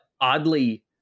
oddly